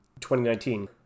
2019